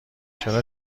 چرا